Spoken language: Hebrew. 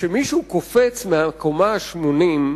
שכשמישהו קופץ מהקומה ה-80,